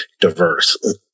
diverse